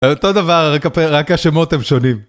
אותו דבר רק השמות הן שונים